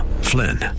Flynn